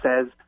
says